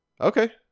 Okay